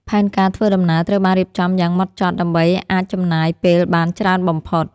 ផែនការធ្វើដំណើរត្រូវបានរៀបចំយ៉ាងហ្មត់ចត់ដើម្បីអាចចំណាយពេលបានច្រើនបំផុត។